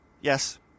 yes